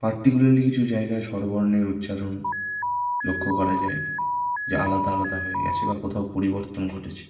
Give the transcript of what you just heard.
particularly কিছু জায়গায় স্বরবর্ণের উচ্চারণ লক্ষ করা যায় যে আলাদা আলাদা হয়ে গিয়েছে বা কোথাও পরিবর্তন ঘটেছে